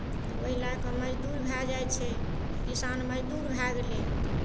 तऽ ओहि लए कऽ मजदूर भए जाइत छै किसान मजदूर भए गेलै